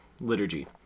liturgy